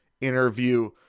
interview